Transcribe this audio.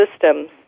systems